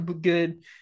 good